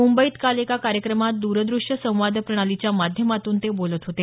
मुंबईत काल एका कार्यक्रमात दूरदृश्य संवाद प्रणालीच्या माध्यमातून ते बोलत होते